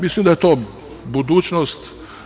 Mislim da je to budućnost.